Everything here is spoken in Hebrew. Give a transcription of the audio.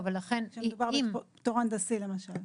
כאשר מדובר בפטור הנדסי למשל.